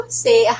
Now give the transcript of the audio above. say